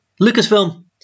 Lucasfilm